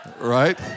right